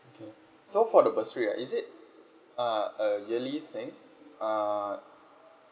okay so for the bursary right is it uh a yearly thing uh